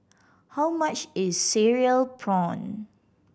how much is cereal prawn